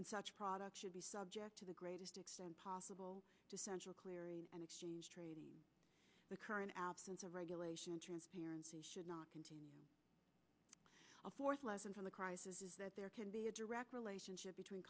and such products should be subject to the greatest extent possible to central clearing and exchange trading the current absence of regulation transparency should not be a fourth lesson from the crisis is that there can be a direct relationship between